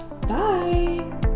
Bye